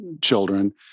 children